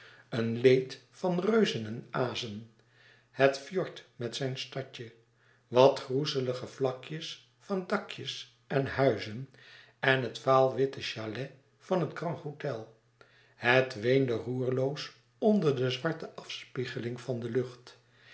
een leed van reuzen en azen het fjord met zijn stadje wat groezelige vlakjes van dakjes en huizen en het vaalwitte châlet van het grand hôtel het weende roerloos onder de zwarte afspiegeling van de lucht